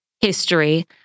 history